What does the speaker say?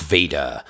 Vader